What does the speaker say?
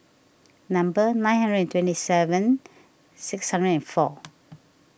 number nine hundred and twenty seven six hundred and four